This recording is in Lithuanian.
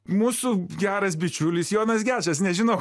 mūsų geras bičiulis jonas gečas nežinau